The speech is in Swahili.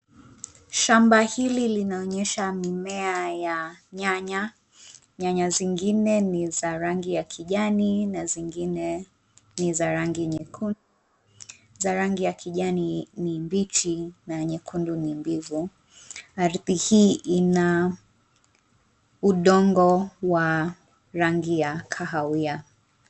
Shamba hili linaonyesha mimea ya nyanya. Nyanya zingine ni za rangi ya kijani na zingine ni za rangi nyekundu, Za rangi ya kijani ni mbichi na nyekundu ni mbivu. Ardhi hii ina udongo wa rangi ya kahawia.